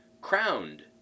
crowned